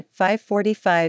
545